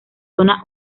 zona